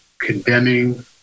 condemning